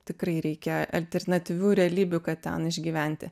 tikrai reikia alternatyvių realybių kad ten išgyventi